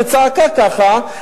שצעקה ככה,